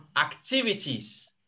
activities